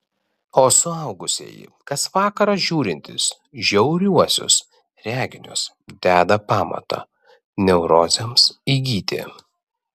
o suaugusieji kas vakarą žiūrintys žiauriuosius reginius deda pamatą neurozėms įgyti